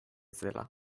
zela